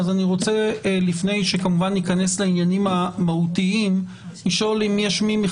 אני רוצה לפני שניכנס לעניינים המהותיים לשאול אם יש מי